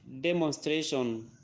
demonstration